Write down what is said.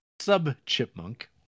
Sub-chipmunk